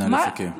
נא לסכם.